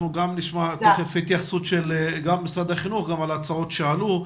אנחנו גם נשמע תיכף התייחסות של משרד החינוך להצעות שהועלו.